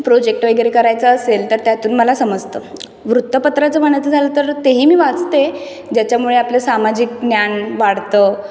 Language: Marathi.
प्रोजेक्ट वगैरे करायचा असेल तर त्यातून मला समजतं वृत्तपत्राचं म्हणायचं झालं तर तेही मी वाचते ज्याच्यामुळं आपलं सामाजिक ज्ञान वाढतं